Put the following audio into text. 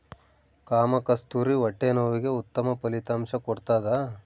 ಕಾಮಕಸ್ತೂರಿ ಹೊಟ್ಟೆ ನೋವಿಗೆ ಉತ್ತಮ ಫಲಿತಾಂಶ ಕೊಡ್ತಾದ